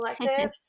Collective